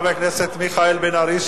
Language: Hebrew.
חבר הכנסת מיכאל בן-ארי,